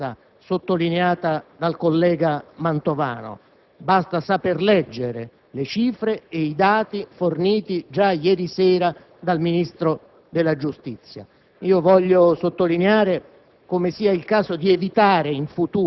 non vedo l'urgenza sottolineata dal collega Mantovano: basta saper leggere le cifre e i dati forniti già ieri sera dal Ministro della giustizia. Voglio sottolineare